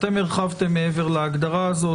אתם הרחבתם מעבר להגדרה הזאת,